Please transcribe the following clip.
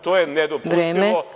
To je nedopustivo.